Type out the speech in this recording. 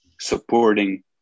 supporting